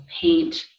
paint